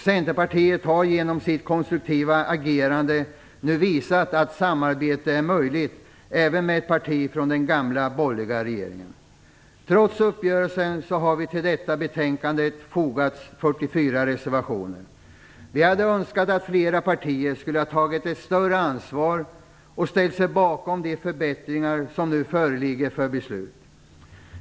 Centerpartiet har genom sitt konstruktiva agerande nu visat att samarbete är möjligt även med ett parti från den gamla borgerliga regeringen. Trots uppgörelsen har till detta betänkande fogats 44 reservationer. Vi hade önskat att flera partier skulle ha tagit ett större ansvar och ställt sig bakom de förbättringar som nu föreligger för beslut.